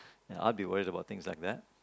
I'll be worried about things like that